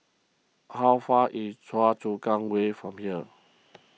how far away is Choa Chu Kang Way from here